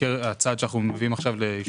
הצעד שאנחנו מביאים עכשיו לאישור הוועדה.